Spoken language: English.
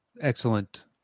excellent